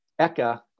Eka